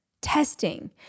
testing